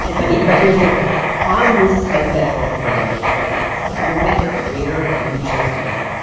and but but here's the thing, on this hypothetical ramble of yours, no matter where you chose to go,